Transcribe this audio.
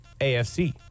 AFC